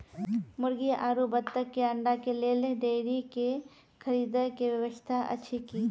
मुर्गी आरु बत्तक के अंडा के लेल डेयरी के खरीदे के व्यवस्था अछि कि?